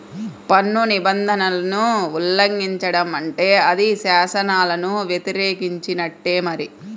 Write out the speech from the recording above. పన్ను నిబంధనలను ఉల్లంఘించడం అంటే అది శాసనాలను వ్యతిరేకించినట్టే మరి